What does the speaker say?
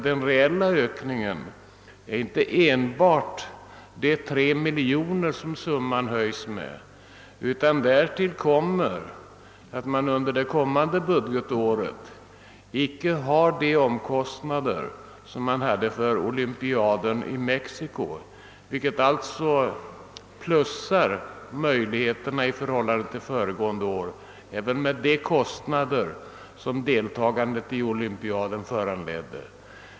Den reella ökningen är inte enbart de tre miljoner som summan höjs med, utan därtill kommer att man under det följande budgetåret icke har de omkostnader som man hade för olympiaden i Mexiko. Resurserna ökas alltså i förhållande till föregående år med det belopp som deltagandet i olympiaden kostade.